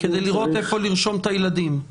כדי לראות איפה לרשום את הילדים.